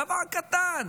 דבר קטן.